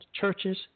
churches